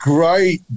Great